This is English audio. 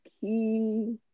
key